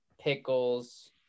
pickles